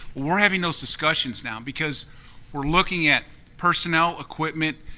we're having those discussions now. because we're looking at personnel equipment,